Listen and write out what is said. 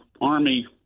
Army